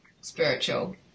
spiritual